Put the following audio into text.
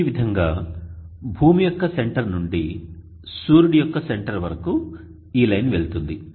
ఈ విధంగా భూమి యొక్క సెంటర్ నుండి సూర్యుడి యొక్క సెంటర్ వరకు ఈ లైన్ వెళుతుంది